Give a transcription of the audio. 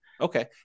Okay